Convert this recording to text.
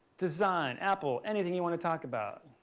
design, apple, anything you want to talk about.